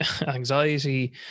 anxiety